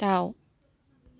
दाउ